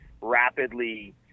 rapidly